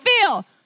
feel